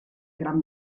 gran